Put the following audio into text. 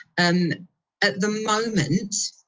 and at the moment,